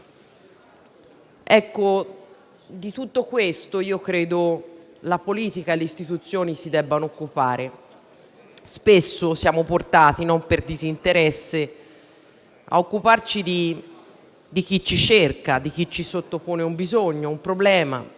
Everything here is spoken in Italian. le parole. Credo che la politica e le istituzioni si debbano occupare di tutto questo. Spesso siamo portati, non per disinteresse, a occuparci di chi ci cerca, di chi ci sottopone un bisogno o un problema